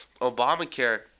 Obamacare